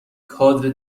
کادر